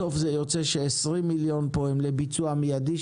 בסוף יוצא ש-20 מיליון הם לביצוע מידי,